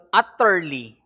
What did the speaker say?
utterly